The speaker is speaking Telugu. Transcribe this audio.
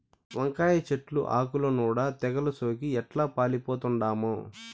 వంకాయ చెట్లు ఆకుల నూడ తెగలు సోకి ఎట్లా పాలిపోతండామో